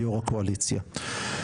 יו"ר הקואליציה.